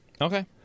Okay